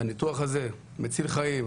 מהניתוח הזה שהוא מציל חיים.